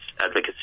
Advocacy